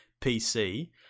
pc